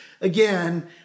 again